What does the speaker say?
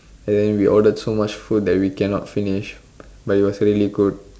and then we ordered so much food that we cannot finish but it was really good